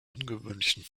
ungewöhnlichen